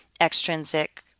extrinsic